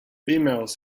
females